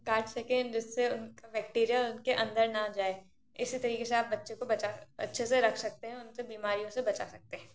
काट सकें जिससे बैकटेरिया उनके अंदर ना जाए इसी तरीके से आप बच्चों को बचा अच्छे से रख सकते हैं उनसे बीमारियों से बचा सकते हैं